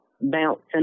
bouncing